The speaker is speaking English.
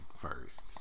first